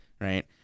right